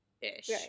ish